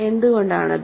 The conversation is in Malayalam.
എന്തുകൊണ്ടാണത്